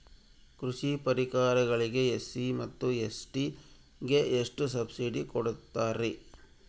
ಕೃಷಿ ಪರಿಕರಗಳಿಗೆ ಎಸ್.ಸಿ ಮತ್ತು ಎಸ್.ಟಿ ಗೆ ಎಷ್ಟು ಸಬ್ಸಿಡಿ ಕೊಡುತ್ತಾರ್ರಿ?